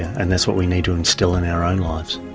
and that's what we need to instil in our own lives.